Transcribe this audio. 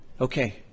Okay